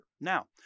Now